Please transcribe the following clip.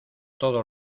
todo